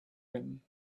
him